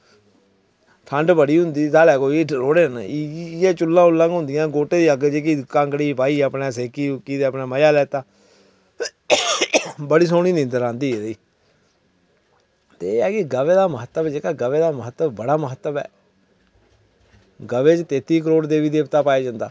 ठंड बड़ी होंदी साढ़े कोई हीटर थोह्ड़े न इयै चुल्लां गै होंदियां न गोह्टे दी अग्ग कोई कांगड़ी च पाई ते सेकी ते अपने मजा लैता बड़ी सोह्नी निंदर आंदी ऐ एह् ऐ कि गवै दा महत्व जेह्का गवै दा बड़ा महत्व ऐ गवै ई तेती करोड़ देवी देवता पाया जंदा